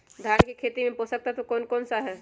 धान की खेती में पोषक तत्व कौन कौन सा है?